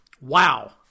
Wow